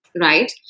right